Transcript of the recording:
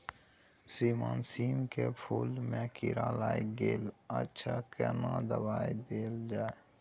श्रीमान सीम के फूल में कीरा लाईग गेल अछि केना दवाई देल जाय?